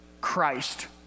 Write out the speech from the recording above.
Christ